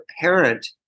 parent